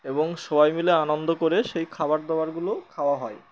এবং সবাই মিলে আনন্দ করে সেই খাবার দাবারগুলো খাওয়া হয়